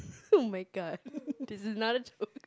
oh-my-god this is not a joke